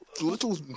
little